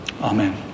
Amen